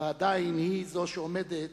ועדיין היא זו שעומדת